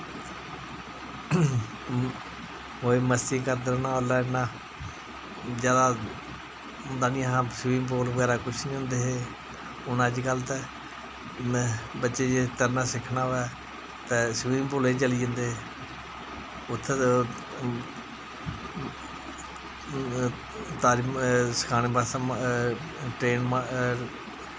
मौज़ मस्ती करदे रौह्ना उल्लै इन्ना जादा होंदा निं ऐ हा स्विमिंग पूल बगैरा कुछ निं होंदे हून अज्जकल ते बच्चें तरना सिक्खना होऐ तां स्विमिंग पूलै च चली जंदे उत्थें तारी सखाने बास्तै ट्रेनिंग